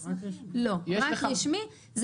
רק רשמי.